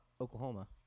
Oklahoma